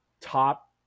top